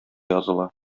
языла